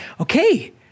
okay